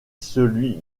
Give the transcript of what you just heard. celui